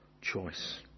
choice